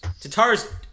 Tatar's